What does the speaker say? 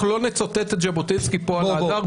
אנחנו לא נצטט את ז'בוטינסקי פה על האדם,